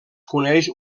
coneix